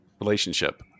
relationship